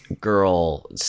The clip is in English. girl